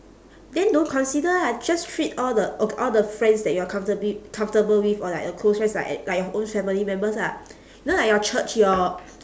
then don't consider lah just treat all the ok~ all the friends that you are comfortably comfortable with or like your close friends like at like your own family members lah you know like your church your